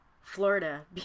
Florida